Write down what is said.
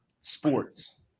sports